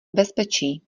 bezpečí